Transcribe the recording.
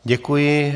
Děkuji.